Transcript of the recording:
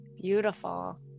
Beautiful